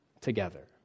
together